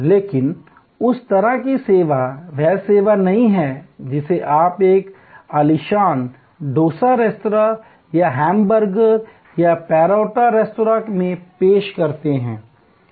लेकिन उस तरह की सेवा वह सेवा नहीं है जिसे आप एक आलिशान डोसा रेस्तरां या हैमबर्गर या पैरोटा रेस्तरां में पेश करेंगे